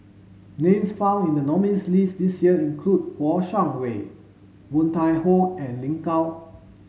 names found in the nominees' list this year include Kouo Shang Wei Woon Tai Ho and Lin Gao